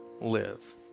live